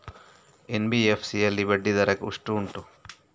NBFC ಯಲ್ಲಿ ಬಡ್ಡಿ ದರ ಎಷ್ಟು ಉಂಟು?